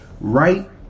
right